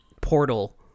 portal